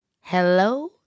Hello